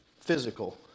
physical